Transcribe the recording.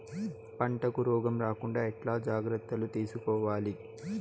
పంటకు రోగం రాకుండా ఎట్లా జాగ్రత్తలు తీసుకోవాలి?